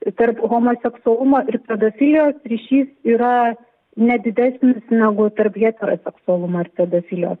įtart homoseksualumą ir pedofilijos ryšys yra ne didesnis negu tarp heteroseksualumas pedofilijos